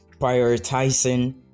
Prioritizing